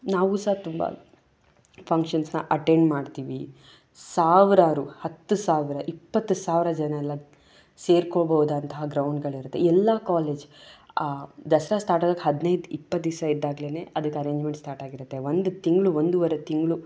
ನಾವು ತುಂಬ ಪಂಕ್ಷನ್ಸ್ನ ಅಟೆಂಡ್ ಮಾಡ್ತೀವಿ ಸಾವಿರಾರು ಹತ್ತು ಸಾವಿರ ಇಪ್ಪತ್ತು ಸಾವಿರ ಜನ ಎಲ್ಲ ಸೇರ್ಕೊಳ್ಬೋದಾದಂತಹ ಗ್ರೌಂಡ್ಗಳಿರುತ್ತೆ ಎಲ್ಲ ಕಾಲೇಜ್ ದಸರಾ ಸ್ಟಾರ್ಟ್ ಆಗೋಕೆ ಹದಿನೈದು ಇಪ್ಪತ್ತು ದಿವಸ ಇದ್ದಾಗಲೇನೆ ಅದಕ್ಕೆ ಅರೇಂಜ್ಮೆಂಟ್ಸ್ ಸ್ಟಾರ್ಟ್ ಆಗಿರುತ್ತೆ ಒಂದು ತಿಂಗಳು ಒಂದುವರೆ ತಿಂಗಳು